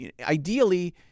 ideally